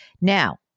Now